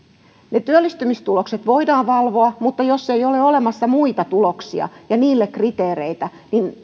niitä työllistymistuloksia voidaan valvoa mutta jos ei ole olemassa muita tuloksia ja niille kriteereitä